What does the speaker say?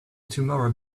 tomorrow